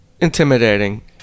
intimidating